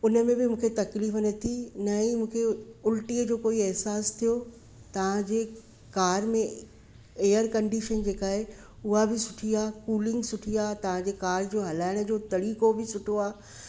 उन में बि मूंखे तकलीफ़ न थी न ई मूंखे उल्टीअ जो कोई एहसासु थियो तव्हां जी कार में एयर कंडीशन जेका आहे उहा बि सुठी आहे कूलिंग सुठी आहे तव्हां जी कार जो हलाइण जो तरीक़ो बि सुठो आहे